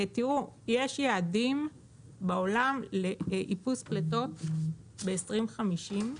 יש יעדים בעולם לאיפוס פליטות ב-2050,